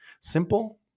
Simple